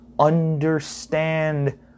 Understand